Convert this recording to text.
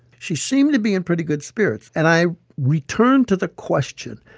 she seemed to be in pretty good spirits. and i returned to the question.